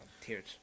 Tears